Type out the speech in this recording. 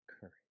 Courage